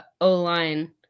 O-line